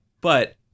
But-